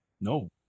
No